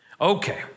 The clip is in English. Okay